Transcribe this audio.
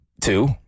Two